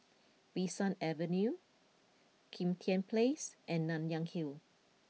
Bee San Avenue Kim Tian Place and Nanyang Hill